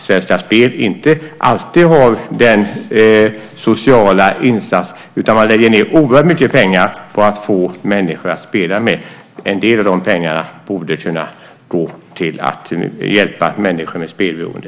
Svenska Spel gör inte alltid en social insats. Man lägger ned oerhört mycket pengar på att få människor att spela mer. En del av de pengarna borde kunna gå till att hjälpa människor med spelberoende.